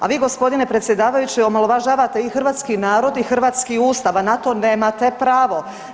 A vi gospodine predsjedavajući omalovažavate i hrvatski narod i hrvatski ustav, a na to nemate pravo.